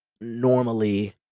normally